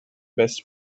best